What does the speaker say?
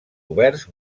oberts